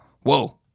Whoa